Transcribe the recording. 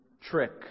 trick